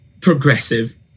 progressive